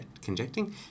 conjecting